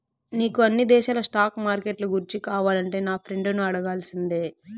నీకు అన్ని దేశాల స్టాక్ మార్కెట్లు గూర్చి కావాలంటే నా ఫ్రెండును అడగాల్సిందే